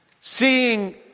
seeing